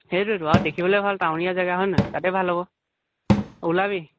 সেইটোৱেইতো আৰু দেখিবলৈ ভাল টাউনীয়া জেগা হয় নহয় তাতে ভাল হ'ব ওলাবি